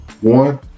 one